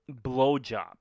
blowjob